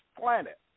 planet